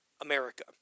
America